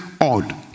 odd